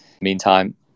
meantime